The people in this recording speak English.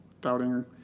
doubting